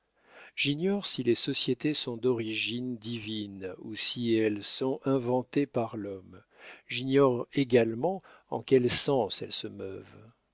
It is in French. j'ignore si les sociétés sont d'origine divine ou si elles sont inventées par l'homme j'ignore également en quel sens elles se meuvent